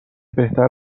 بهتر